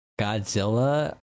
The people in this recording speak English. Godzilla